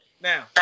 Now